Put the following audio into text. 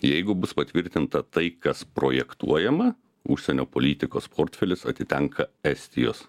jeigu bus patvirtinta tai kas projektuojama užsienio politikos portfelis atitenka estijos